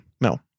No